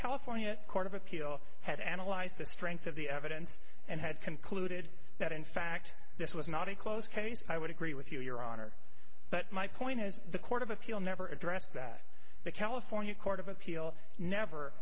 california court of appeal had analyzed the strength of the evidence and had concluded that in fact this was not a close case i would agree with you your honor but my point is the court of appeal never addressed that the california court of appeal never